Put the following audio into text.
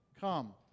Come